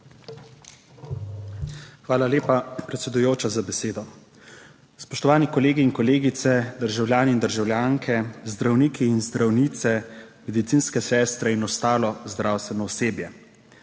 Hvala lepa, predsedujoča, za besedo. Spoštovani kolegi in kolegice, državljani in državljanke, zdravniki in zdravnice, medicinske sestre in ostalo zdravstveno osebje!